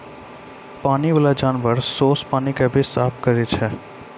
पानी बाला जानवर सोस पानी के भी साफ करै छै